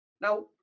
now